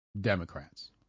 Democrats